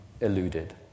eluded